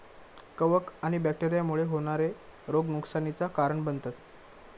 कवक आणि बैक्टेरिया मुळे होणारे रोग नुकसानीचा कारण बनतत